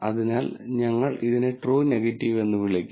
അതിനാൽ ഞങ്ങൾ ഇതിനെ ട്രൂ നെഗറ്റീവ് എന്ന് വിളിക്കും